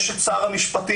יש את שר המשפטים,